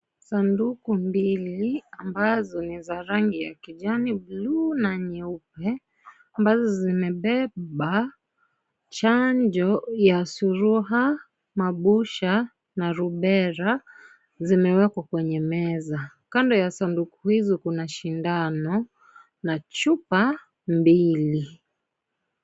Sanduku mbili ambazo ni za rangi ya kijani, bluu na nyeupe, ambazo zimebeba chanjo ya suruha, mabusha na rubera zimewekwa kwenye meza. Kando ya sanduku hizo kuna sindano na chupa mbili.